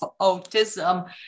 autism